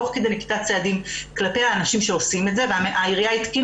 תוך כדי נקיטת צעדים כלפי האנשים שעושים את זה והעירייה התקינה